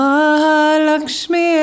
Mahalakshmi